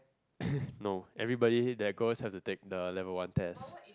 no everybody that goes have to go and take the level one test